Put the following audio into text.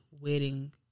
wedding